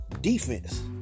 defense